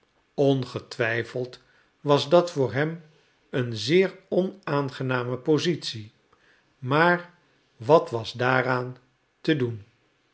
ongetwijfeld was dat voor hem een zeer onaangename positie maar wat was daaraan te doen